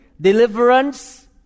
deliverance